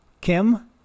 Kim